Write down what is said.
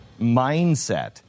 mindset